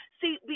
see